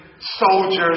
soldiers